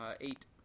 Eight